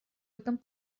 этом